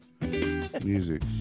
Music